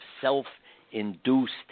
self-induced